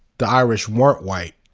the irish weren't white,